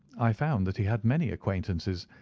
i found that he had many acquaintances,